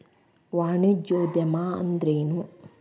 ವಾಣಿಜ್ಯೊದ್ಯಮಾ ಅಂದ್ರೇನು?